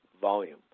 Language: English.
volume